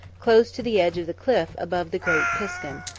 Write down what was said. close to the edge of the cliff above the great piskun.